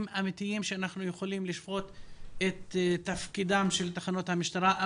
אמיתיים שאנחנו יכולים לשפוט את תפקידן של תחנות המשטרה.